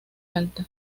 alta